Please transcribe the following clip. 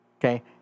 okay